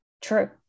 True